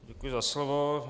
Děkuji za slovo.